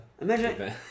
Imagine